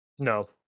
No